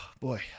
boy